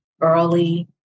early